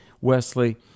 Wesley